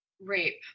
rape